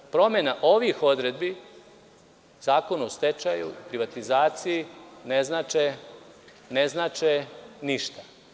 Promena ovih odredbi zakona o stečaju, privatizaciji, ne znače ništa.